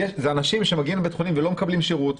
אלה אנשים שמגיעים לבית חולים ולא מקבלים שירות,